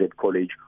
college